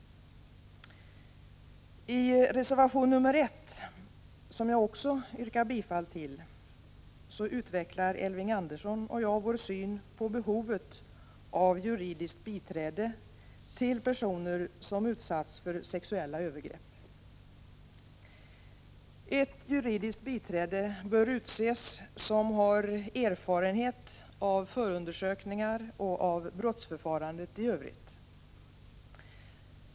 I reservation nr 1, som jag också yrkar bifall till, utvecklar Elving Andersson och jag vår syn på behovet av juridiskt biträde till personer som utsatts för sexuella övergrepp. Ett juridiskt biträde med erfarenhet av förundersökningar och av brottsförfarandet i övrigt bör utses.